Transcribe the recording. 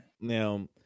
now